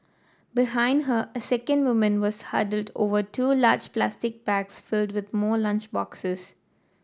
behind her a second woman was huddled over two large plastic bags filled with more lunch boxes